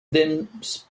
dames